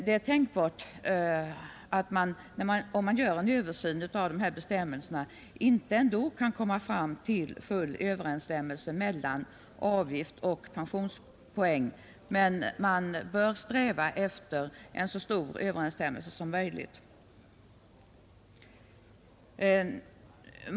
Det är tänkbart att man, om man gör en översyn av dessa bestämmelser, ändå inte kan nå full överensstämmelse mellan avgift och pensionspoäng, men man bör sträva efter en så stor överensstämmelse som möjligt.